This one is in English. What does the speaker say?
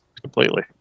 Completely